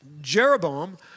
Jeroboam